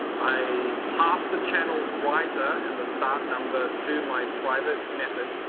i pass the channel's writer and the start number to my private method.